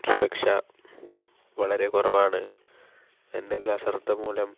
സുരക്ഷ വളരെ കുറവാണ് എന്തെങ്കിലും അശ്രദ്ധ മൂലം